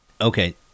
Okay